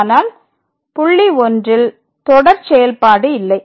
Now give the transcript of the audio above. ஆனால் புள்ளி 1 ல் தொடர் செயல்பாடு இல்லை